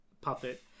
puppet